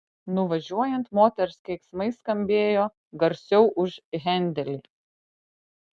nuvažiuojant moters keiksmai skambėjo garsiau už hendelį